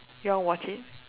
you want watch it